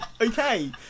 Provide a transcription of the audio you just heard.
Okay